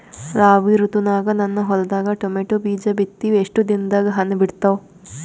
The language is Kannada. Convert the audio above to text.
ರಾಬಿ ಋತುನಾಗ ನನ್ನ ಹೊಲದಾಗ ಟೊಮೇಟೊ ಬೀಜ ಬಿತ್ತಿವಿ, ಎಷ್ಟು ದಿನದಾಗ ಹಣ್ಣ ಬಿಡ್ತಾವ?